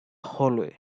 hallway